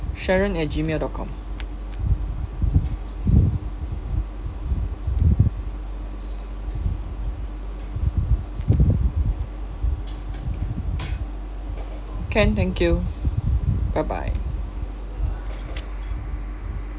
sharon at gmail dot com can thank you bye bye